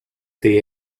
they